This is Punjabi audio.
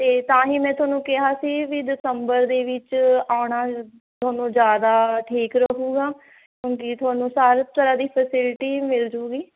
ਅਤੇ ਤਾਂ ਹੀ ਮੈਂ ਤੁਹਾਨੂੰ ਕਿਹਾ ਸੀ ਵੀ ਦਸੰਬਰ ਦੇ ਵਿੱਚ ਆਉਣਾ ਤੁਹਾਨੂੰ ਜ਼ਿਆਦਾ ਠੀਕ ਰਹੂਗਾ ਕਿਉਂਕਿ ਤੁਹਾਨੂੰ ਸਾਰੇ ਤਰ੍ਹਾਂ ਦੀ ਫੈਸਿਲਿਟੀ ਮਿਲ ਜੂਗੀ